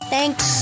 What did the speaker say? Thanks